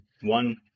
one